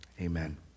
amen